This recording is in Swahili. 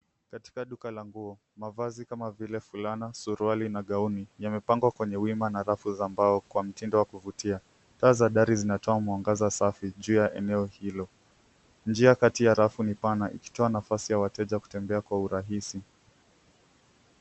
Katika duka la nguo, mavazi kama vile fulana , suruali na gauni yamepangwa kwenye wima na rafu za mbao kwa mtindo wa kuvutia. Taa za dari zinatoa mwangaza safi juu ya eneo hilo. Njia kati ya rafu ni pana ikitoa nafasi ya wateja kutembea kwa urahisi .